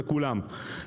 וכולם.